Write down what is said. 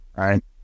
right